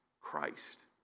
Christ